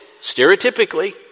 stereotypically